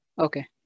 Okay